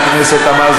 מה זה?